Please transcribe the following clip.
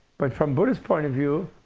but from buddhist point of view,